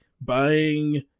buying